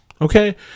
Okay